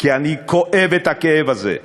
כי אני כואב את הכאב הזה.